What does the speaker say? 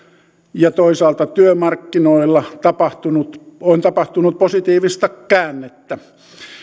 ja toisaalta työmarkkinoilla on tapahtunut positiivista käännettä